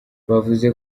bavuze